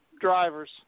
drivers